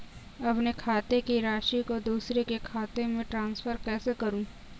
अपने खाते की राशि को दूसरे के खाते में ट्रांसफर कैसे करूँ?